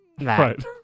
Right